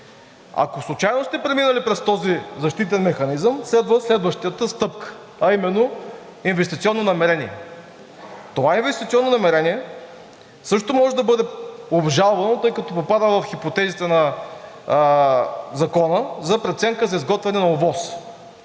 Ако случайно сте преминали през този защитен механизъм, следва следващата стъпка, а именно инвестиционно намерение. Това инвестиционно намерение също може да бъде обжалвано, тъй като попада в хипотезите на Закона за преценка за изготвяне на ОВОС.